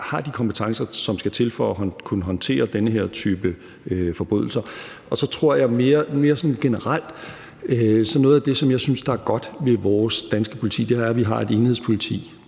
har de kompetencer, som skal til, for at kunne håndtere den her type forbrydelser, og sådan mere generelt synes jeg, at noget af det, der er godt ved vores danske politi, er, at vi har et enhedspoliti,